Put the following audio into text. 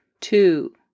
two